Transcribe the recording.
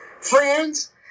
friends